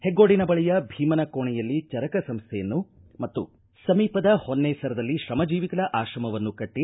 ಹೆಗ್ಗೋಡಿನ ಬಳಿಯ ಭೀಮನಕೋಣೆಯಲ್ಲಿ ಚರಕ ಸಂಸ್ಥೆಯನ್ನು ಮತ್ತು ಸಮೀಪದ ಹೊನ್ನೆಸರದಲ್ಲಿ ಶ್ರಮಜೀವಿಗಳ ಆಶ್ರಮವನ್ನು ಕಟ್ಟಿ